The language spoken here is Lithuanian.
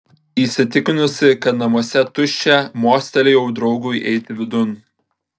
įsitikinusi kad namuose tuščia mostelėjau draugui eiti vidun